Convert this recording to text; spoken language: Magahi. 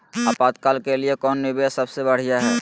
आपातकाल के लिए कौन निवेस सबसे बढ़िया है?